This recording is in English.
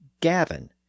gavin